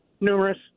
Numerous